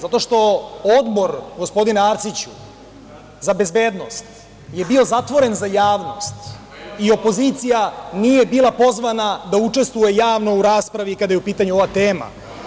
Zato što Odbor, gospodine Arsiću, za bezbednost je bio zatvoren za javnost i opozicija nije bila pozvana da učestvuje javno u raspravi kada je u pitanju ova tema.